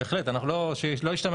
בהחלט, אנחנו לא השתמשנו,.